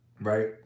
right